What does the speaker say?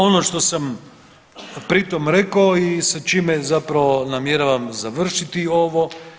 Ono što sam pri tom rekao i sa čime zapravo namjeravam završiti ovo.